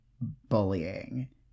bullying